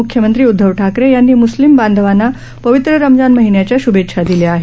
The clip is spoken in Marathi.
मुख्यमंत्री उदधव ठाकरे यांनी मुस्लिम बांधवांना पवित्र रमजान महिन्याच्या शुभेच्छा दिल्या आहेत